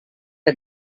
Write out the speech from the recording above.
que